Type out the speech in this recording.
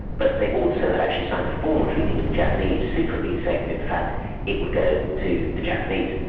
but they also had actually signed a formal treaty with the japanese secretly saying that in fact it would go to the japanese.